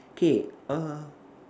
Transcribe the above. K err